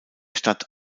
stadt